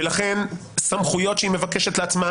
ולכן הסמכויות שהיא מבקשת לעצמה,